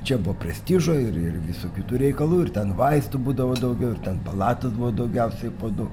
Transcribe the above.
čia buvo prestižo ir ir visokių tų reikalų ir ten vaistų būdavo daugiau ir ten palatos buvo daugiausiai po du